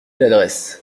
l’adresse